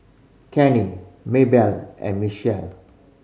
Kenny Mabelle and Michell